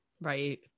Right